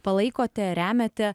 palaikote remiate